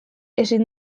ezin